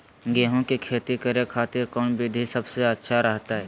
गेहूं के खेती करे खातिर कौन विधि सबसे अच्छा रहतय?